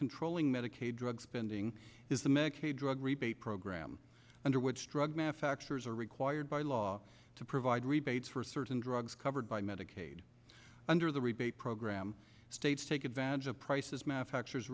controlling medicaid drug spending is a medicaid drug rebate program under which drug manufacturers are required by law to provide rebates for certain drugs covered by medicaid under the rebate program states take advantage of prices math fact